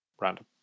random